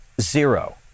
Zero